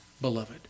beloved